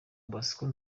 bosco